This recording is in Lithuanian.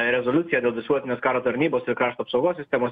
rezoliuciją dėl visuotinės karo tarnybos ir krašto apsaugos sistemos